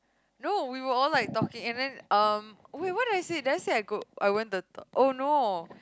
no we were all like talking and then um wait what did I say did I say I go I went to the oh no